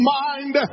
mind